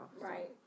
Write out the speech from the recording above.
Right